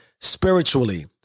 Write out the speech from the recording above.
spiritually